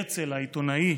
הרצל העיתונאי